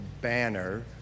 banner